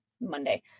Monday